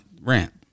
rant